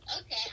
Okay